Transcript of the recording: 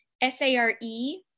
s-a-r-e